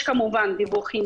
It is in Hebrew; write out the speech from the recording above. יש כמובן דיווחים,